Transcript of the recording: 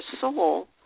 soul